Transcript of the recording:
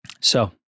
So-